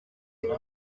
akaba